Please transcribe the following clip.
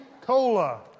Cola